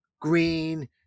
green